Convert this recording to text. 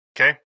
Okay